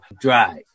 drive